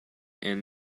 and